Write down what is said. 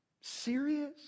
Serious